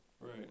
Right